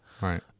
Right